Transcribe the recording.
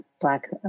black